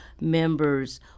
members